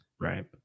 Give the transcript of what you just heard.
Right